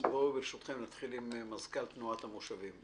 בואו, ברשותכם, נתחיל עם מזכ"ל תנועת המושבים.